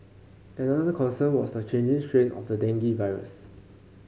another concern was the changing strain of the dengue virus